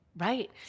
Right